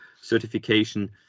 certification